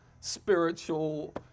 spiritual